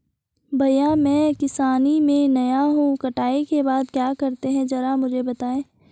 भैया मैं किसानी में नया हूं कटाई के बाद क्या करते हैं जरा मुझे बताएं?